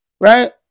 Right